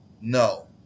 No